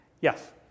Yes